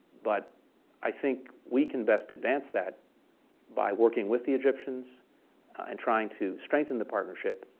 but i think we can best advance that by working with the egyptians and trying to strengthen the partnership.